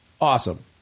awesome